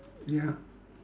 ya